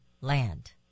land